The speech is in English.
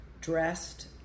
dressed